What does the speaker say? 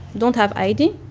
don't have id.